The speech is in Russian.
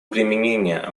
применения